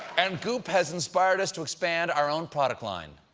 and goop has inspired us to expand our own product line.